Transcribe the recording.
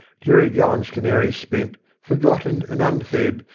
jerry gullen's canary spent, forgotten and unfed,